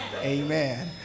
Amen